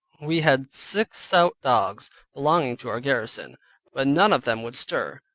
we had six stout dogs belonging to our garrison, but none of them would stir,